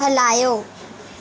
हलायो